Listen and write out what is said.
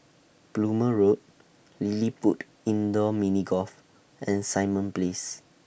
Plumer Road LilliPutt Indoor Mini Golf and Simon Place